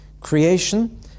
Creation